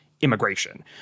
immigration